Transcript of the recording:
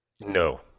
No